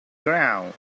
ground